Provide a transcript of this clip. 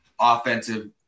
offensive